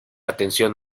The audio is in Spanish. atención